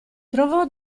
trovò